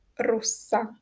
russa